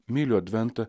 myliu adventą